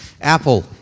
Apple